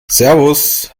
servus